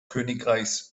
königreichs